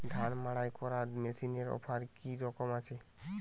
ধান মাড়াই করার মেশিনের অফার কী রকম আছে?